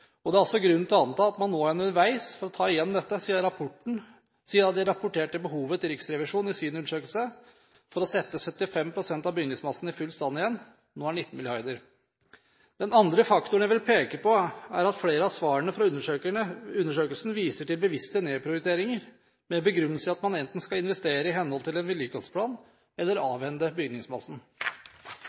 betydelig. Det er også grunn til å anta at man nå er underveis for å ta igjen dette, siden det rapporterte behovet etter Riksrevisjonens undersøkelse – for å sette 75 pst. av bygningsmassen i full stand igjen – nå er 19 mrd. kr. Den andre faktoren jeg vil peke på, er at flere av svarene fra undersøkelsen viser til bevisste nedprioriteringer, med den begrunnelse at man enten skal investere i henhold til en vedlikeholdsplan eller avhende bygningsmassen.